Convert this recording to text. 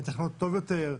מתכננות טוב יותר,